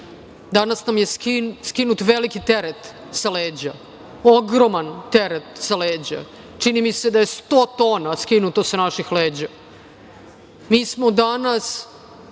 danas nam je skinut veliki teret sa leđa, ogroman teret sa leđa. Čini mi se da je 100 tona skinuto sa naših leđa. Mi smo danas